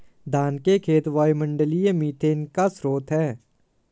धान के खेत वायुमंडलीय मीथेन का स्रोत हैं